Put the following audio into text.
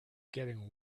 getting